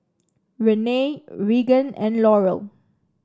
Renee Regan and Laurel